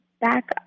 back